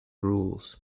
rules